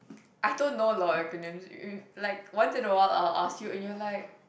I don't know a lot of acronyms you like once in a while I'll ask you and you are like